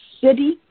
city